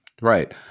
Right